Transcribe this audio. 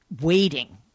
waiting